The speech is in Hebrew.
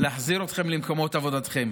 להחזיר אתכם למקומות עבודותיכם.